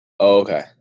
okay